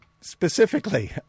specifically